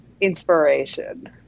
inspiration